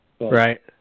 Right